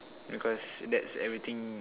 because that's everything